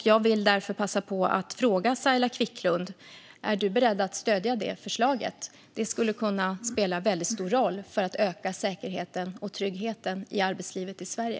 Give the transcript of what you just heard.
Jag vill därför passa på att fråga Saila Quicklund: Är du beredd att stödja det förslaget? Det skulle kunna spela en stor roll för att öka säkerheten och tryggheten i arbetslivet i Sverige.